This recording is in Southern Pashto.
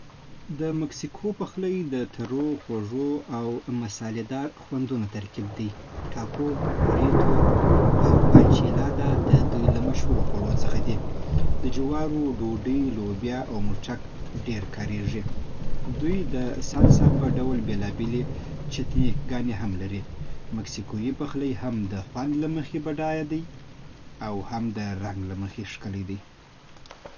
د مکسیکو پخلی د ترو، خوږ او مسالې‌دار خوندونو ترکیب دی. ټاکو، بوریتو او انچیلادا د دوی له مشهورو خوړو څخه دي. د جوارو ډوډۍ، لوبیا او مرچک ډېر کارېږي. دوی د سالسا په ډول بیلابیل چټني‌ګانې لري. مکسیکويي پخلی هم د خوند له مخې بډایه دی او هم د رنګ له مخې ښکلی دی.